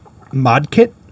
Modkit